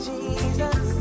Jesus